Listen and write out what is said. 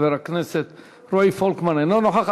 חבר הכנסת רועי פולקמן, אינו נוכח.